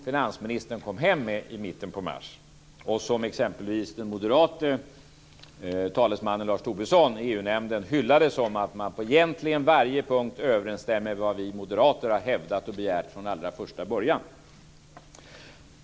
Finansministern kom i mitten av mars hem med något som exempelvis den moderate talesmannen Lars Tobisson i EU-nämnden hyllade som något som egentligen på varje punkt överensstämmer med vad moderaterna har hävdat och begärt från allra första början.